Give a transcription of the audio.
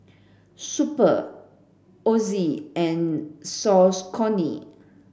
Super Ozi and Saucony